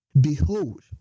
Behold